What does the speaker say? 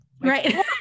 Right